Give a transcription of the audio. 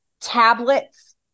tablets